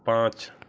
पाँच